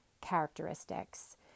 characteristics